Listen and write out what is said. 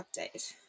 update